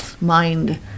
mind